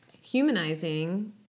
humanizing